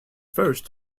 first